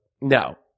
No